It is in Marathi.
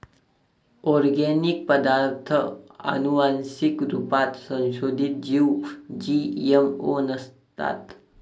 ओर्गानिक पदार्ताथ आनुवान्सिक रुपात संसोधीत जीव जी.एम.ओ नसतात